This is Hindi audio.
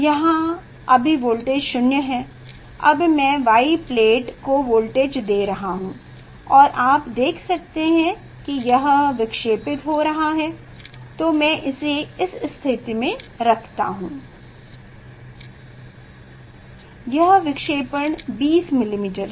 यहाँ अभी वोल्टेज 0 है अब मैं Y प्लेट को वोल्टेज दे रहा हूं और आप देख सकते हैं कि यह विक्षेपित हो रहा है तो मैं इसे इस स्थिति में रखता हूँ यह विक्षेपण 20 मिलीमीटर है